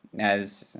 as